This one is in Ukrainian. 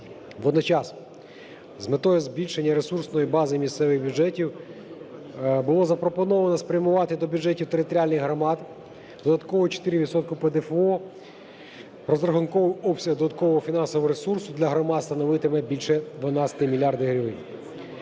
Водночас з метою збільшення ресурсної бази місцевих бюджетів було запропоновано спрямувати до бюджетів територіальних громад додатково 4 відсотки ПДФО. Розрахунковий обсяг додаткового фінансового ресурсу для громад становитиме більше 12 мільярдів